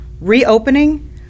reopening